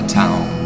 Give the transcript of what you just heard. town